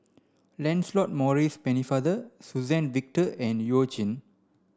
Lancelot Maurice Pennefather Suzann Victor and You Jin